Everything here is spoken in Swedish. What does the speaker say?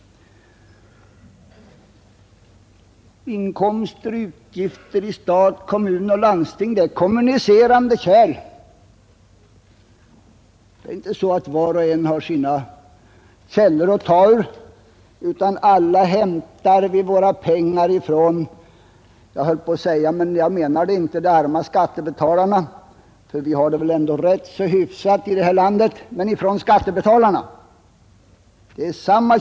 Inkomster och utgifter för stat, kommun och landsting är kommunicerande kärl. Det är inte så att var och en har sina källor att ta ur, utan alla hämtar vi våra pengar från skattebetalarna. Jag höll på att säga ”de arma skattebetalarna” men menar det inte, ty vi har det ändå rätt så hyfsat här i landet. Källan är alltså densamma.